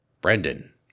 Brendan